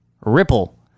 Ripple